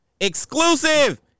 exclusive